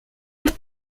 mit